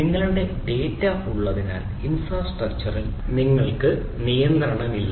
നിങ്ങളുടെ ഡാറ്റ ഉള്ളതിനാൽ ഇൻഫ്രാസ്ട്രക്ചറിൽ നിങ്ങൾക്ക് നിയന്ത്രണമില്ല